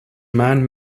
man